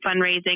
fundraising